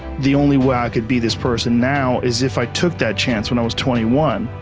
the only way i could be this person now is if i took that chance when i was twenty one.